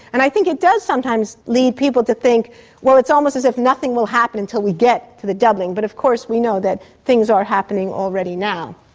and i think it does sometimes lead people to think it's almost as if nothing will happen until we get to the doubling. but of course we know that things are happening already now.